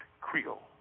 Creole